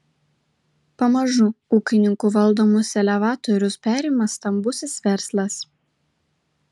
pamažu ūkininkų valdomus elevatorius perima stambusis verslas